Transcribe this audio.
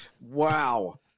wow